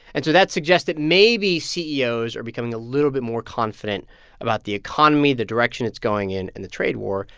and so that suggests that maybe ceos are becoming a little bit more confident about the economy, the direction it's going in and the trade war.